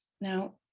Now